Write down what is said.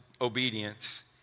obedience